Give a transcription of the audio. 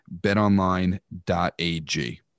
BetOnline.ag